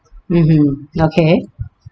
mmhmm okay